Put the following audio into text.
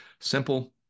Simple